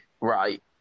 right